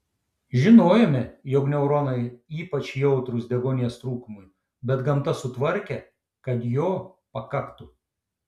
žinojome jog neuronai ypač jautrūs deguonies trūkumui bet gamta sutvarkė kad jo pakaktų